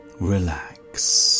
relax